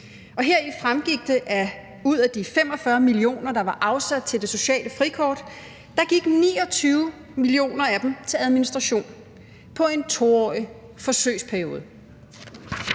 Heri fremgik det, at ud af de 45 mio. kr., der var afsat til det sociale frikort, gik 29 mio. kr. til administration i en 2-årig forsøgsperiode.